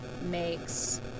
makes